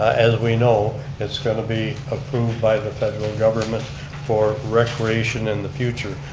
as we know, it's going to be approved by the federal government for recreation in the future.